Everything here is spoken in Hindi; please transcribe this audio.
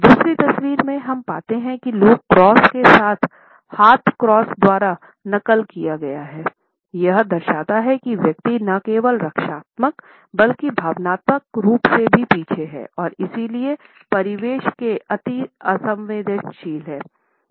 दूसरी तस्वीर में हम पाते हैं कि लेग क्रॉस को हाथ क्रॉस द्वारा नक़ल किया गया है यह दर्शाता है कि व्यक्ति न केवल रक्षात्मक बल्कि भावनात्मक रूप से भी पीछे है और इसलिए परिवेश के प्रति असंवेदनशील है